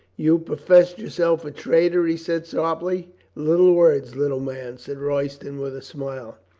you pro fess yourself traitor? he said sharply. little words, little man, said royston with a smile.